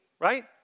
right